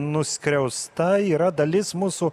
nuskriausta yra dalis mūsų